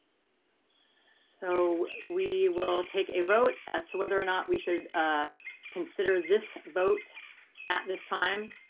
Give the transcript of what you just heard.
so we will take a vote as to whether or not we should consider this vote at this time.